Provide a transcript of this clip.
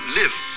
live